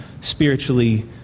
spiritually